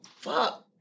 fuck